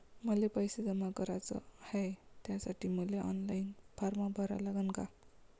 मले पैसे जमा कराच हाय, त्यासाठी मले ऑनलाईन फारम भरा लागन का?